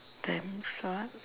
dreams what